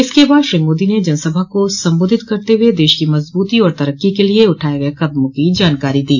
इसके बाद श्री मोदी ने जनसभा को संबोधित करते हुए देश की मजबूती और तरक्की के लिये उठाये गये कदमों की जानकारी दी